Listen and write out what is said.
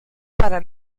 para